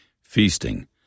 feasting